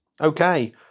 Okay